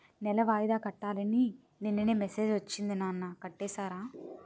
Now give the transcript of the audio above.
నెల వాయిదా కట్టాలని నిన్ననే మెసేజ్ ఒచ్చింది నాన్న కట్టేసారా?